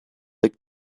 lick